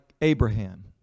Abraham